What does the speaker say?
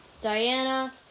Diana